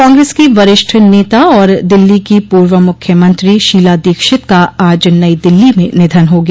कांग्रेस की वरिष्ठ नेता और दिल्ली की पूर्व मुख्यमंत्री शीला दीक्षित का आज नई दिल्ली में निधन हो गया